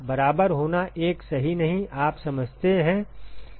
बराबर होना 1 सही नहीं आप समझते हैं